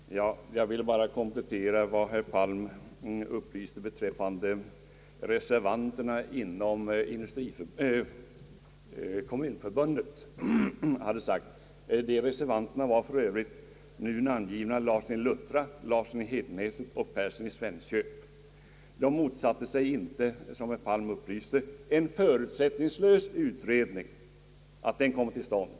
Herr talman! Jag vill bara komplettera vad herr Palm upplyste beträffande vad reservanterna inom Kommunförbundet hade sagt; reservanterna var alltså de här namngivna herrar Larsson i Luttra, Larsson i Hedenäset och Persson i Svensköp. Som herr Palm upplyste motsatte de sig inte att en förutsättningslös utredning kommer till stånd.